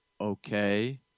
okay